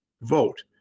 vote